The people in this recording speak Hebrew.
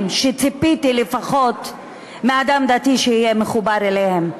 שציפיתי לפחות מאדם דתי שיהיה מחובר אליהם.